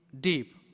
deep